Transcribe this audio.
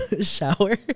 shower